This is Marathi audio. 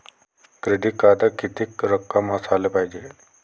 क्रेडिट कार्डात कितीक रक्कम असाले पायजे?